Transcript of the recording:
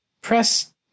press